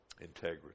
Integrity